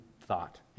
thought